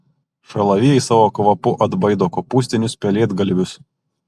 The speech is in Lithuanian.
šalavijai savo kvapu atbaido kopūstinius pelėdgalvius